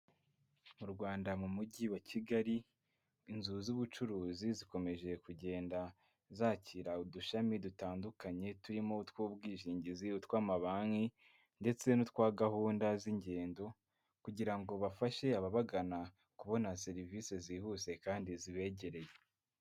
Mu Rwanda mu mujyi wa Kigali, inzu z'ubucuruzi zikomeje kugenda zakira udushami dutandukanye turimo utw'ubwishingizi, utw'amabanki ndetse n'utwa gahunda z'ingendo kugira ngo bafashe ababagana kubona serivisi zihuse kandi zibegereye.